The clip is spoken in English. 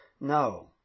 No